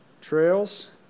trails